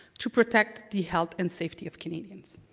to protect the health and safety of canadians.